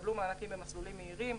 לקבל מענקים במסלולים מהירים.